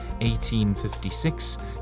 1856